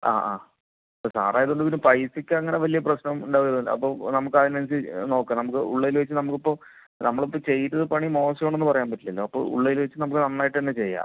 ആ ആ ആ ഇപ്പോൾ സാറായതു കൊണ്ട് പിന്നെ പൈസക്കങ്ങനെ വലിയ പ്രശ്നം ഉണ്ടാവില്ലല്ലോ അപ്പോൾ നമുക്കതിന് അനുസരിച്ചു നോക്കാം നമുക്കുള്ളതിൽ വെച്ച് നമുക്കിപ്പോൾ നമുക്കിപ്പോൾ ചെയ്ത പണി മോശമാണെന്നു പറയാൻ പറ്റില്ലല്ലോ അപ്പോൾ ഉള്ളതിൽ വെച്ചു നമുക്ക് നന്നായിട്ടു തന്നെ ചെയ്യാം